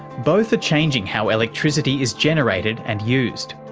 both are changing how electricity is generated and used,